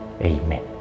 Amen